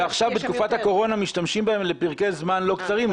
ועכשיו בתקופת הקורונה משתמשים בהם לפרקי זמן לא קצרים,